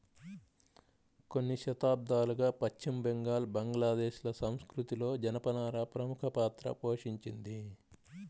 కొన్ని శతాబ్దాలుగా పశ్చిమ బెంగాల్, బంగ్లాదేశ్ ల సంస్కృతిలో జనపనార ప్రముఖ పాత్ర పోషించింది